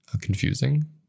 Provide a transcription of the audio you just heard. confusing